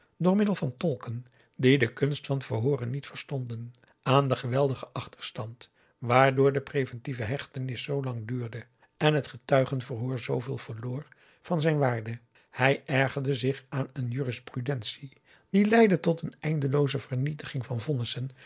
door middel van tolken die de kunst van verhooren niet verstonden aan den geweldigen achterstand waardoor de preventieve hechtenis zoo lang duurde en het getuigenverhoor zooveel verloor van zijn waarde hij ergerde zich aan een jurisprudentie die leidde tot een eindelooze vernietiging van vonnissen